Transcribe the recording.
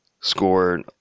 scored